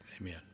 Amen